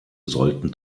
sollten